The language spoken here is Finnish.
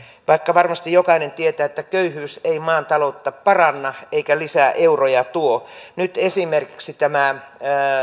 vaikka varmasti jokainen tietää että köyhyys ei maan taloutta paranna eikä lisää euroja tuo kun nyt esimerkiksi tämä